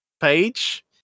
page